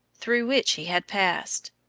through which he had passed.